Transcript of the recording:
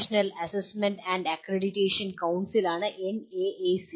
national assessment and accreditation കൌൺസിലാണ് NAAC